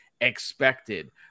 expected